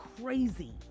crazy